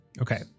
Okay